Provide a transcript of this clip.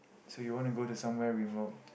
so you want to go to somewhere remote